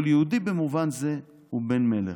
כל יהודי הוא במובן זה 'בן מלך'.